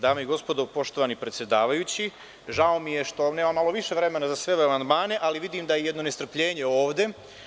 Dame i gospodo, poštovani predsedavajući, žao mi je što nemam malo više vremena za sve ove amandmane, ali vidim da je jedno nestrpljenje ovde.